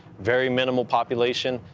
very minimal population.